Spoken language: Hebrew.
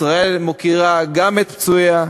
ישראל מוקירה גם את פצועיה,